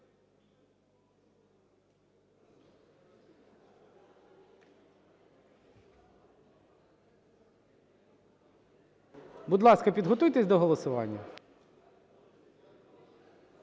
Будь ласка, підготуйтесь до голосування.